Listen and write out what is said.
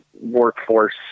workforce